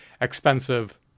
expensive